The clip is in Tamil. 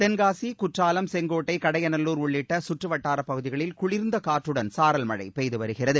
தென்காசி குற்றாலம் செங்கோட்டை கடையநல்லூர் உள்ளிட்ட சுற்றுவட்டார பகுதிகளில் குளிா்ந்த காற்றுடன் சாரல் மழை பெய்துவருகிறது